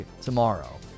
tomorrow